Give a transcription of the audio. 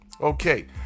Okay